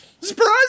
surprise